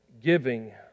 giving